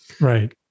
Right